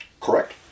Correct